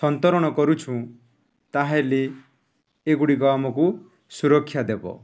ସନ୍ତରଣ କରୁଛୁଁ ତାହେଲେ ଏଗୁଡ଼ିକ ଆମକୁ ସୁରକ୍ଷା ଦେବ